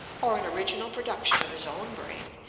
or an original production of his own brain,